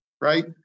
right